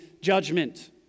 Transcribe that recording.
judgment